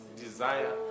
desire